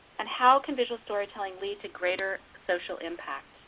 and how can visual storytelling lead to greater social impact?